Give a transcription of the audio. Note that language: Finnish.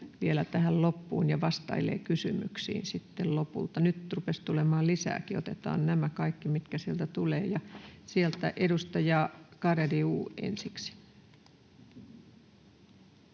vielä tähän loppuun ja vastailevat kysymyksiin sitten lopulta. — Nyt rupesi tulemaan lisääkin. Otetaan nämä kaikki, mitkä sieltä tulevat. — Sieltä edustaja Garedew ensiksi.